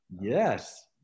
Yes